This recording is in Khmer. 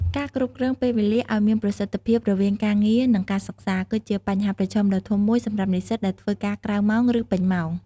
ការគ្រប់គ្រងពេលវេលាឲ្យមានប្រសិទ្ធភាពរវាងការងារ និងការសិក្សា គឺជាបញ្ហាប្រឈមដ៏ធំមួយសម្រាប់និស្សិតដែលធ្វើការក្រៅម៉ោង ឬពេញម៉ោង។